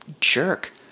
jerk